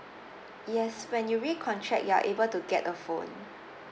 yes when you recontract you are able to get a phone